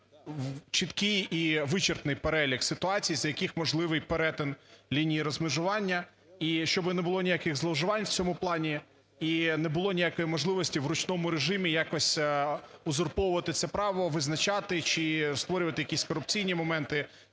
чіткий і вичерпний перелік ситуацій, за яких можливий перетин лінії розмежування, і щоби не було ніяких зловживань в цьому плані і не було ніякої можливості в ручному режимі якось узурповувати це право, визначати чи створювати якісь корупційні моменти,